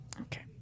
Okay